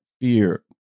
fear